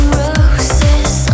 roses